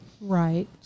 Right